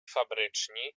fabryczni